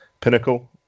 pinnacle